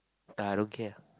uh I don't care lah